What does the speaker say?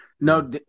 no